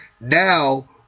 now